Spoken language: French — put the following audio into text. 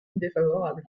défavorable